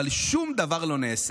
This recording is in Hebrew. אבל שום דבר לא נעשה.